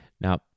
Now